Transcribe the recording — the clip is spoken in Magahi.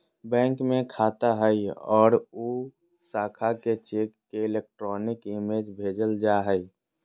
बैंक में खाता हइ और उ शाखा के चेक के इलेक्ट्रॉनिक इमेज भेजल जा हइ